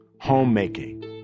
homemaking